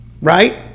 Right